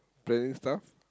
planning stuff